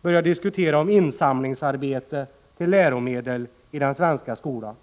börjar diskutera insamlingsarbete till läromedel i den svenska skolan?